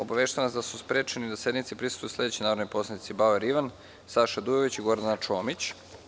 Obaveštavam vas da su sprečeni da sednici prisustvuju sledeći narodni poslanici Bauer Ivan, Saša Dujović i Gordana Čomić.